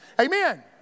Amen